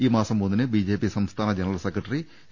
ഈ മാസം മൂന്നിന് ബിജെപി സംസ്ഥാന ജനറൽ സെക്രട്ടറി എ